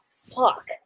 fuck